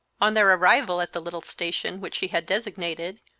on their arrival at the little station which she had designated,